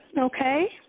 okay